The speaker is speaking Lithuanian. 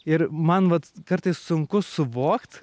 ir man vat kartais sunku suvokt